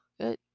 Good